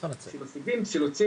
פסילוציב,